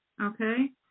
okay